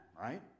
right